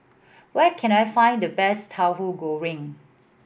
where can I find the best Tauhu Goreng